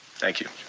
thank you.